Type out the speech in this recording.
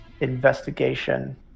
investigation